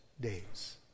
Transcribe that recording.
days